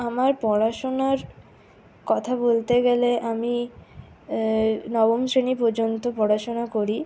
আমার পড়াশোনার কথা বলতে গেলে আমি নবম শ্রেণী পর্যন্ত পড়াশোনা করি